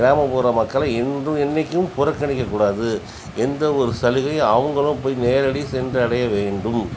கிராமப்புற மக்களை என்றும் என்னிக்கும் புறக்கணிக்கக் கூடாது எந்தவொரு சலுகை அவங்களும் போய் நேரடி சென்று அடைய வேண்டும்